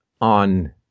on